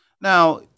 Now